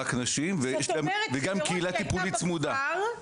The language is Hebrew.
רק נשים וגם קהילה טיפולית צמודה.